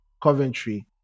Coventry